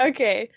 Okay